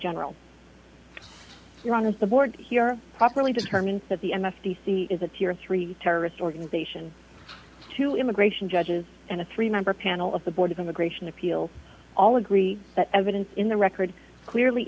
general you're on the board here properly determined that the m f t theory is that your three terrorist organization to immigration judges and a three member panel of the board of immigration appeal all agree that evidence in the record clearly